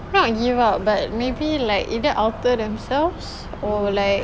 not give up but maybe like either alter themselves or like